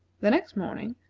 the next morning,